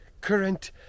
current